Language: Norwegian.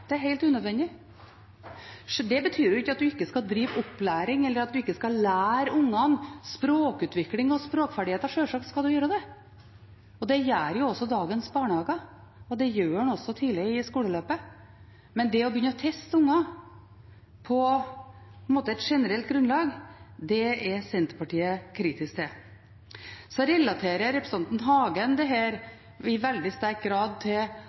er helt unødvendig. Det betyr ikke at en ikke skal drive opplæring, eller at en ikke skal lære ungene noe når det gjelder språkutvikling og språkferdigheter, sjølsagt skal en gjøre det. Det gjør jo også dagens barnehager, og det gjør en også tidlig i skoleløpet. Men det å begynne å teste unger på et generelt grunnlag, er Senterpartiet kritisk til. Så relaterer representanten Hagen dette i veldig sterk grad til